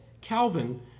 Calvin